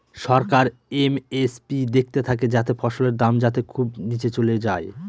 সরকার MSP দেখতে থাকে যাতে ফসলের দাম যাতে খুব নীচে চলে যায়